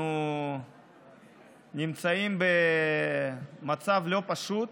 אנחנו נמצאים במצב לא פשוט.